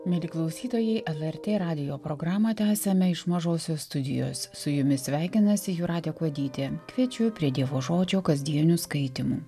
mieli klausytojai lrt radijo programą tęsiame iš mažosios studijos su jumis sveikinasi jūratė kuodytė kviečiu prie dievo žodžio kasdienių skaitymų